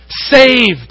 saved